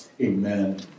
Amen